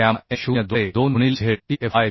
gamma M 0 द्वारे 2 गुणिले ZeFy